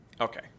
Okay